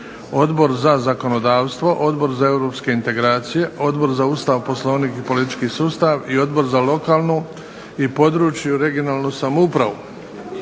Odbor za zakonodavstvo, Odbor za europske integracije, Odbor za Ustav, Poslovnik i politički sustav i Odbor za lokalnu i područnu (regionalnu) samoupravu.